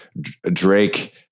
Drake